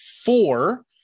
four